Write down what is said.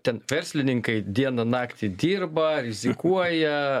ten verslininkai dieną naktį dirba rizikuoja